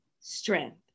strength